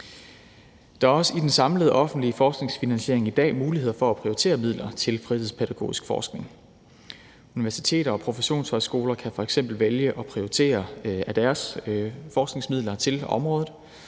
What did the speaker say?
Der er også i den samlede offentlige forskningsfinansiering i dag muligheder for at prioritere midler til fritidspædagogisk forskning. Universiteter og professionshøjskoler kan f.eks. vælge at prioritere af deres forskningsmidler til området,